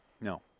No